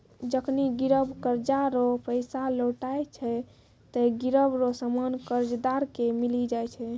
जखनि गिरब कर्जा रो पैसा लौटाय छै ते गिरब रो सामान कर्जदार के मिली जाय छै